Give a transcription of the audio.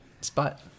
spot